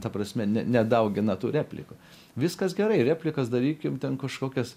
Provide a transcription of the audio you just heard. ta prasme ne nedaugina tų replikų viskas gerai replikas darykim ten kažkokias